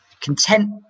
content